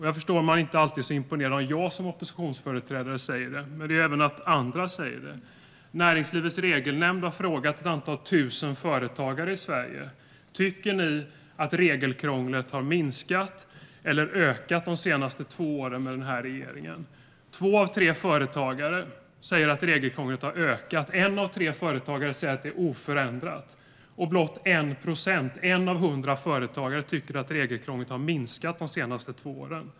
Jag förstår om man inte alltid är så imponerad om jag som oppositionsföreträdare säger det, men även andra säger det. Näringslivets Regelnämnd har frågat ett antal tusen företagare i Sverige: Tycker ni att regelkrånglet har minskat eller ökat de senaste två åren med den här regeringen? Två av tre företagare säger att regelkrånglet har ökat. En av tre företagare säger att det är oförändrat. Blott 1 procent, en av hundra företagare, tycker att regelkrånglet har minskat de senaste två åren.